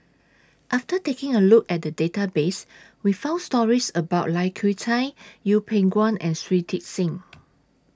after taking A Look At The Database We found stories about Lai Kew Chai Yeng Pway Ngon and Shui Tit Sing